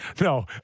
no